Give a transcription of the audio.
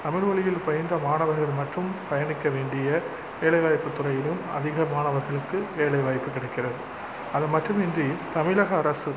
தமிழ்மொழியில் பயின்ற மாணவர்கள் மட்டும் பயணிக்க வேண்டிய வேலைவாய்ப்பு துறையிலும் அதிக மாணவர்களுக்கு வேலை வாய்ப்பு கிடைக்கிறது அதுமட்டுமின்றி தமிழக அரசு